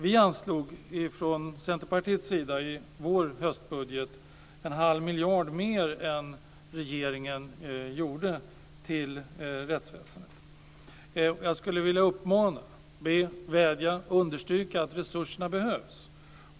Vi från Centerpartiet anslog i vår höstbudget en halv miljard mer än regeringen gjorde till rättsväsendet. Jag skulle vilja understryka att dessa resurser behövs.